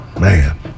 Man